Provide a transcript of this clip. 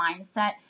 mindset